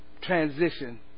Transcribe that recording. transition